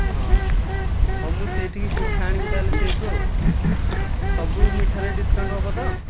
ହଁ ହଉ ମୁଁ ସେଇଠିକି ମିଠା ଆଣିବି ତା'ହେଲେ ସେଇଠୁ ଆଉ ସବୁ ମିଠାରେ ଡ଼ିସ୍କାଉଣ୍ଟ୍ ହେବ ତ